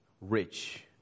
rich